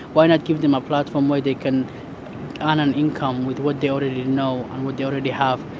why not give them a platform where they can earn an income with what they already know and what they already have,